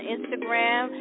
Instagram